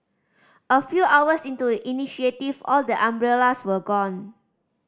a few hours into initiative all the umbrellas were gone